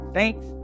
Thanks